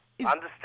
Understand